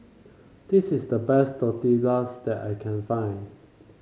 this is the best Tortillas that I can find